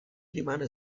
rimane